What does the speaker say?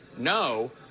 No